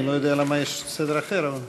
אני לא יודע למה יש סדר אחר, אבל,